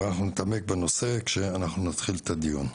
אנחנו נתעמק בנושא כאשר אנחנו נתחיל את הדיון.